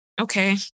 okay